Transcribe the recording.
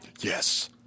Yes